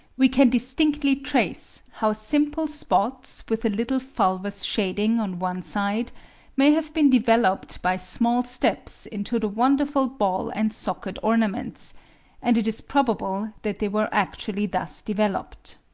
we can distinctly trace how simple spots with a little fulvous shading on one side may have been developed by small steps into the wonderful ball-and-socket ornaments and it is probable that they were actually thus developed.